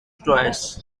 toys